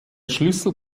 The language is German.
schlüssel